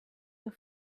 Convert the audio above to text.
your